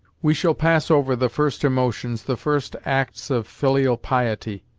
we shall pass over the first emotions, the first acts of filial piety,